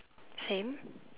same